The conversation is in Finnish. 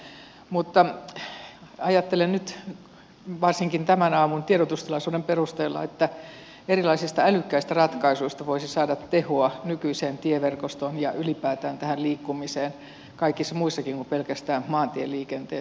mutta ajattelen nyt varsinkin tämän aamun tiedotustilaisuuden perusteella että erilaisista älykkäistä ratkaisuista voisi saada tehoa nykyiseen tieverkostoon ja ylipäätään tähän liikkumiseen muussakin kuin pelkästään maantieliikenteessä